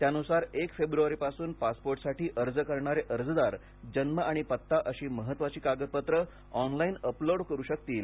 त्यानुसार एक फेब्रुवारीपासून पासपोर्टसाठी अर्ज करणारे अर्जदार जन्म आणि पत्ता अशी महत्वाची कागदपत्रे ऑनलाइन अपलोड करू शकतील